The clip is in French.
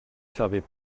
servait